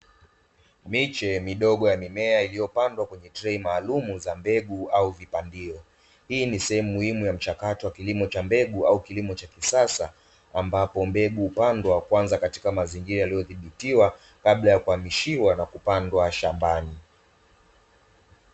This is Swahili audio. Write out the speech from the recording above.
Miche midogo ya mimea iliyopandwa kwenye trei maalumu za mbegu au vipandio. Hii ni sehemu muhimu ya mchakato wa kilimo cha mbegu au kilimo cha kisasa, ambapo mbegu hupandwa kwanza katika mazingira yaliyodhibitiwa kabla ya kuhamishiwa na kupandwa shambani.